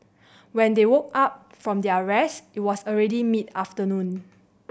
when they woke up from their rest it was already mid afternoon